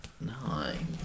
Nine